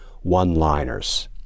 one-liners